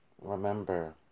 remember